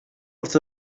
wrth